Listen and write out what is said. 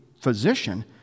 physician